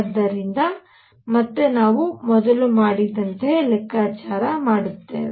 ಆದ್ದರಿಂದ ಮತ್ತೆ ನಾವು ಮೊದಲು ಮಾಡಿದಂತೆ ಲೆಕ್ಕಾಚಾರ ಮಾಡುತ್ತೇವೆ